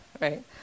right